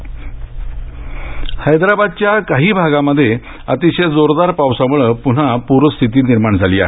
हैदराबाद पाऊस हैदराबादच्या काही भागांमध्ये अतिशय जोरदार पावसामुळं पुन्हा पूरस्थिती निर्माण झाली आहे